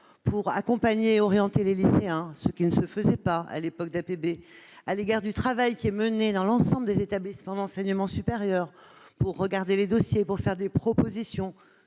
pour accompagner et orienter les lycéens- cela ne se faisait pas à l'époque d'APB -, au regard du travail qui est conduit dans l'ensemble des établissements d'enseignement supérieur pour étudier les dossiers et faire des propositions-